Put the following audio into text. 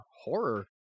horror